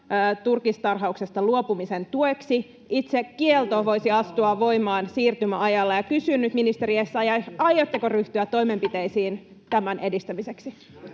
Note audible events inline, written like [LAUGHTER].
turkistarhauksesta luopumisen tueksi. Itse kielto voisi astua voimaan siirtymäajalla. Kysyn nyt, ministeri Essayah: [NOISE] aiotteko ryhtyä toimenpiteisiin tämän edistämiseksi?